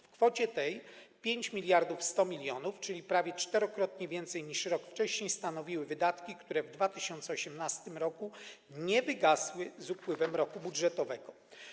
W kwocie tej 5100 mln zł, czyli prawie czterokrotnie więcej niż rok wcześniej, stanowiły wydatki, które w 2018 r. nie wygasły z upływem roku budżetowego.